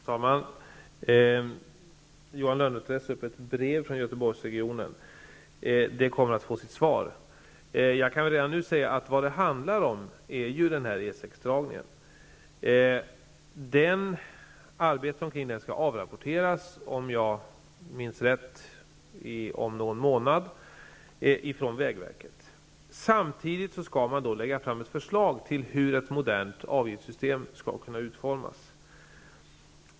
Fru talman! Johan Lönnroth läste upp ett brev från GöteborgsRegionen. Det kommer att få sitt svar. Jag kan redan nu säga att det handlar om E 6 dragningen. Arbetet kring den skall avrapporteras från vägverket om någon månad, om jag minns rätt. Samtidigt skall man lägga fram ett förslag till hur ett modernt avgiftssystem skall kunna utformas.